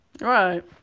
Right